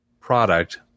product